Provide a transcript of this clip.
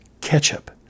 ketchup